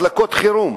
מחלקות חירום.